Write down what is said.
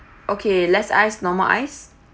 okay less ice normal ice